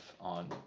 on